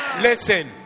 listen